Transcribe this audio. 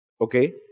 Okay